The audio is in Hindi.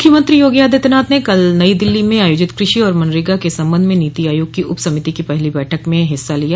मुख्यमंत्रो योगी आदित्यनाथ ने कल नई दिल्ली में आयोजित कृषि और मनरेगा क संबंध मे नीति आयोग की उप समिति की पहली बैठक में हिस्सा लिया